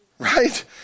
Right